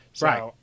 Right